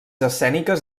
escèniques